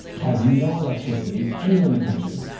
has no electricity anywhere in the country.